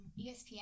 espn